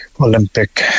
Olympic